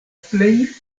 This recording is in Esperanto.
plej